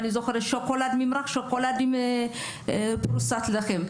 אני זוכרת ממרח שוקולד עם פרוסת לחם.